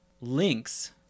links